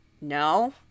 no